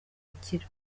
gukira